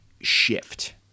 shift